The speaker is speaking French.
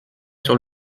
sur